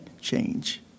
change